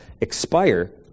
expire